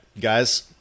guys